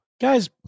Guys